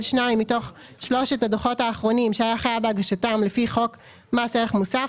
שניים מתוך שלושת הדוחות האחרונים שהיה חייב בהגשתם לפי חוק מס ערך מוסף,